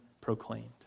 proclaimed